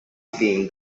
anthem